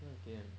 what is K_M